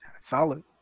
Solid